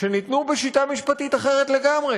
שניתנו בשיטה משפטית אחרת לגמרי: